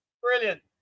brilliant